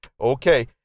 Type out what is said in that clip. Okay